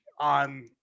on